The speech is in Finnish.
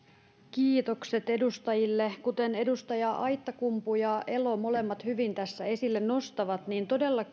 kiitokset edustajille kuten edustajat aittakumpu ja elo molemmat hyvin tässä esille nostavat niin todella